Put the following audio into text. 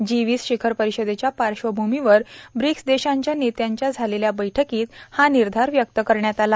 जी वीस शिखर परिषदेच्या पार्श्वभूमीवर ब्रिक्स देशांच्या नेत्यांच्या झालेल्या बैठकीत हा निर्धार व्यक्त करण्यात आला